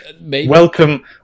welcome